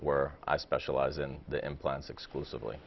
where i specialize in the implants exclusively